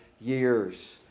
years